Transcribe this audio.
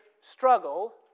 struggle